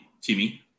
Timmy